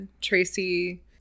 Tracy